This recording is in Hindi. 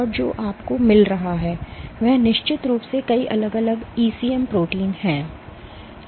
और जो आपको मिल रहा है वह निश्चित रूप से कई अलग अलग ईसीएम प्रोटीन है